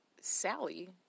Sally